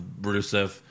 Rusev